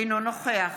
אינו נוכח